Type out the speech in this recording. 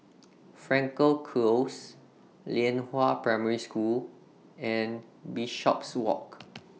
Frankel Close Lianhua Primary School and Bishopswalk